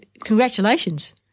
congratulations